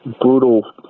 brutal